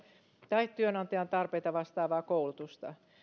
tai työnantajan tarpeita vastaavaa koulutusta